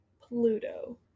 Pluto